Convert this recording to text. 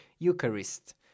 Eucharist